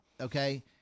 Okay